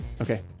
Okay